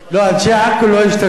לא, אנשי עכו לא השתתפו.